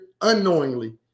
unknowingly